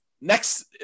next